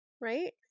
Right